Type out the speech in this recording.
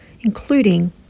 including